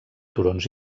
turons